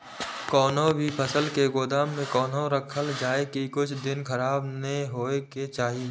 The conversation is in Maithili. कोनो भी फसल के गोदाम में कोना राखल जाय की कुछ दिन खराब ने होय के चाही?